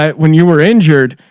um when you were injured,